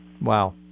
Wow